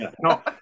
No